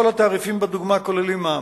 כל התעריפים בדוגמה כוללים מע"מ.